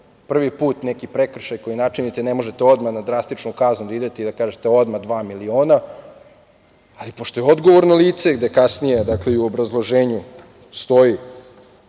prvi put neki prekršaj koji načinite ne možete odmah na drastičnu kaznu da idete i da kažete odmah dva miliona, ali pošto je odgovorno lice, gde kasnije u obrazloženju stoji